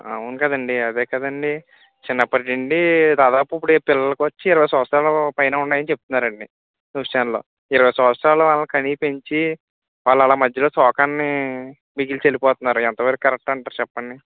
అవును కదా అండి అదే కదా అండి చిన్నప్పటి నుండి దాదాపు ఇప్పుడు ఈ పిల్లలకి వచ్చి ఇరవై సంవత్సరాలు పైనే ఉన్నాయి అని చెప్తున్నారు అండి న్యూస్ ఛానల్లో ఇరవై సంవత్సరాలు వాళ్ళని కనీ పెంచి వాళ్ళు అలా మధ్యలో శోకాన్ని మిగిల్చి వెళ్ళిపోతున్నారు ఎంతవరకు కరెక్ట్ అంటారు చెప్పండి